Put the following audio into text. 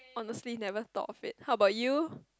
honestly never talk of it how about you